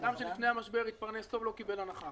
אדם שלפני המשבר התפרנס טוב ולא קיבל הנחה,